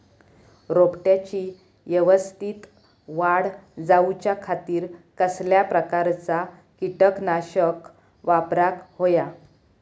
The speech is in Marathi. रोपट्याची यवस्तित वाढ जाऊच्या खातीर कसल्या प्रकारचा किटकनाशक वापराक होया?